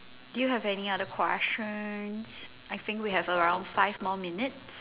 do you have any other questions I think we have around five more minutes